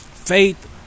faith